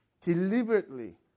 deliberately